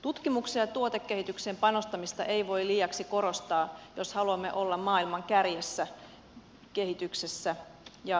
tutkimukseen ja tuotekehitykseen panostamista ei voi liiaksi korostaa jos haluamme olla maailman kärjessä kehityksessä ja biotaloudessa